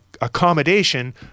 accommodation